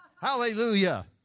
Hallelujah